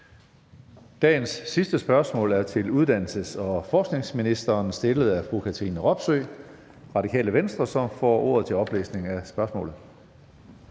Dagens sidste spørgsmål er til uddannelses- og forskningsministeren stillet af fru Katrine Robsøe, Radikale Venstre. Kl. 16:58 Spm.